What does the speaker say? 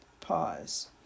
Pause